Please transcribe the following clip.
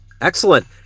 Excellent